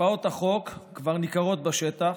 השפעות החוק כבר ניכרות בשטח,